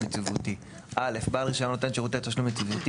יציבותי 36יד. בעל רישיון נותן שירותי תשלום יציבותי